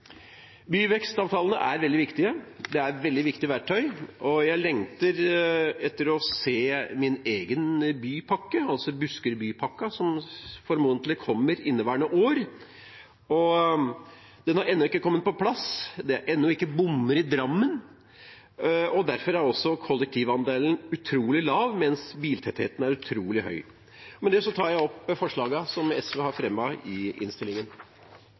Byvekstavtalene er veldig viktige. Det er veldig viktige verktøy, og jeg lengter etter å se min egen bypakke, Buskerudbypakken, som formodentlig kommer inneværende år. Den har ennå ikke kommet på plass, det er ennå ikke bommer i Drammen. Derfor er også kollektivandelen utrolig lav, mens biltettheten er utrolig høy. Med dette tar jeg opp de forslagene som Sosialistisk Venstreparti har fremmet i innstillingen.